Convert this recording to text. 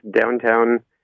downtown